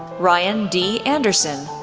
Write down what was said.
ryan d. anderson,